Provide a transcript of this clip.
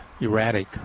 erratic